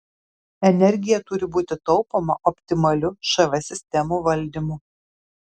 energija turi būti taupoma optimaliu šv sistemų valdymu